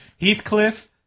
Heathcliff